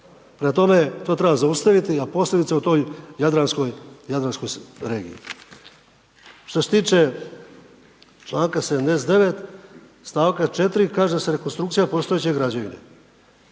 Prema tome to treba zaustaviti, a posebice u toj jadranskoj regiji. Što se tiče članka 79. stavka 4. kaže se: „Rekonstrukcija postojeće građevine“.